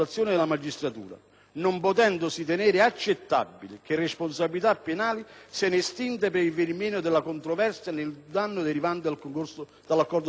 non potendosi ritenere accettabile che responsabilità penali siano estinte per il venir meno della controversia sul danno derivante da accordo stragiudiziale.